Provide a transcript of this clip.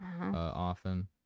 often